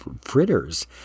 fritters